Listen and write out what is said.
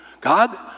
God